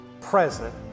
present